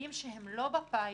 שילדים שהם לא בפיילוט,